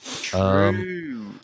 True